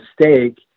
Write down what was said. mistake